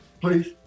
please